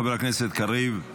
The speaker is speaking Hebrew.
חבר הכנסת קריב.